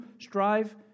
strive